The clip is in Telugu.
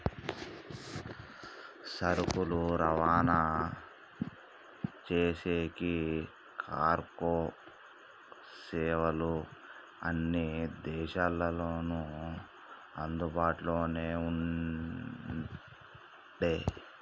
సరుకులు రవాణా చేసేకి కార్గో సేవలు అన్ని దేశాల్లోనూ అందుబాటులోనే ఉండే